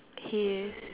he is